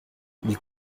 ils